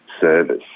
Service